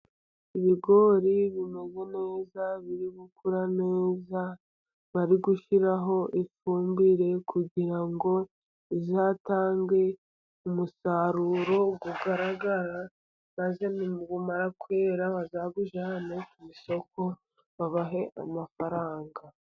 Ibigori bimeze neza biri gukura neza, bari gushyiraho ifumbire kugira ngo bizatange umusaruro ugaragara, maze nibimara kwera bazabijyane ku isoko babahe amafaranga.